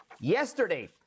Yesterday